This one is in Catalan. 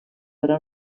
haurà